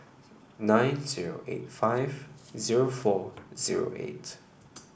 nine zero eight five zero four zero eight